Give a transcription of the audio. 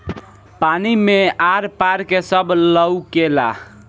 पानी मे आर पार के सब लउकेला